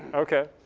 ok.